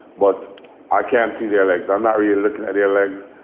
but i can't see their legs. i'm not really looking at their legs.